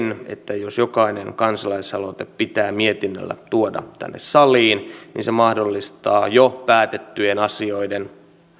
että jos jokainen kansalaisaloite pitää mietinnöllä tuoda tänne saliin niin se mahdollistaa jo päätettyjen asioiden